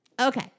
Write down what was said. Okay